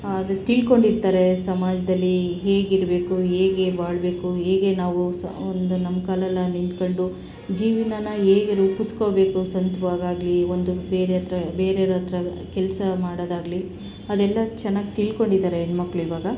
ಅದು ತಿಳ್ದ್ಕೊಂಡಿರ್ತಾರೆ ಸಮಾಜದಲ್ಲಿ ಹೇಗಿರಬೇಕು ಹೇಗೆ ಬಾಳಬೇಕು ಹೇಗೆ ನಾವು ಸ ಒಂದು ನಮ್ಮ ಕಾಲಲ್ಲಿ ನಾವು ನಿಂತ್ಕಂಡು ಜೀವನಾನ ಹೇಗೆ ರೂಪಿಸ್ಕೋಬೇಕು ಸ್ವಂತ್ವಾಗಿ ಆಗಲಿ ಒಂದು ಬೇರೆ ಹತ್ತಿರ ಬೇರೇವ್ರ ಹತ್ರ ಕೆಲಸ ಮಾಡೋದಾಗಲಿ ಅದೆಲ್ಲ ಚೆನ್ನಾಗಿ ತಿಳ್ಕೊಂಡಿದ್ದಾರೆ ಹೆಣ್ಮಕ್ಳು ಇವಾಗ